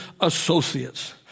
associates